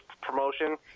promotion